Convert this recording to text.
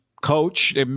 coach